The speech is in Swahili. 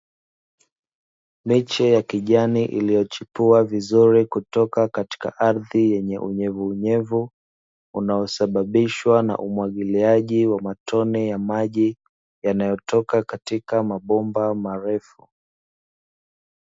Miche ya kijani iliyochipua vizuri kutoka katika ardhi yenye unyevuunyevu, unaosababishwa na umwagiliaji wa matone ya maji yanayotoka katika mabomba marefu.